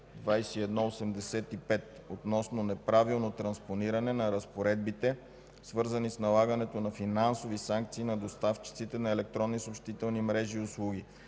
2012/2185 относно неправилно транспониране на разпоредбите, свързани с налагането на финансови санкции на доставчиците на електронни съобщителни мрежи и услуги,